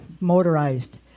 motorized